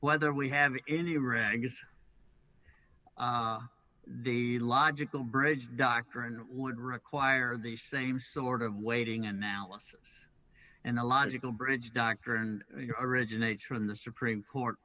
whether we have any rags dade logical bridge doctrine would require the same sort of weighting analysis and the logical bridge doctrine originates from the supreme court